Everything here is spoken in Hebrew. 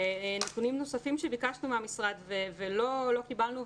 נתונים נוספים שביקשנו מהמשרד ולא קיבלנו,